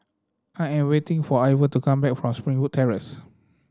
I am waiting for Ivor to come back from Springwood Terrace